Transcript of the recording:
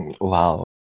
Wow